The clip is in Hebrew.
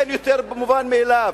אין יותר מובן מאליו,